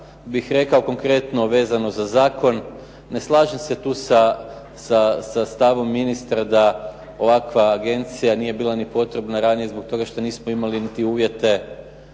bih rekao konkretno vezano za zakon, ne slažem se tu sa stavom ministra da ovakva agencija nije bila ni potrebna ranije zbog toga što nismo imali niti uvjete.